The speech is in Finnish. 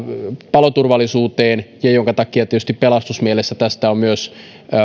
paloturvallisuuteen minkä takia tietysti pelastusmielessä on myös